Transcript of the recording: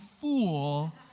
fool